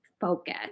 focus